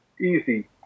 easy